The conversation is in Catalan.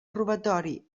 robatori